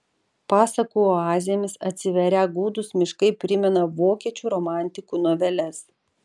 pasakų oazėmis atsiverią gūdūs miškai primena vokiečių romantikų noveles